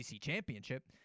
championship